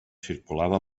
circulava